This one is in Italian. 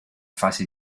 fase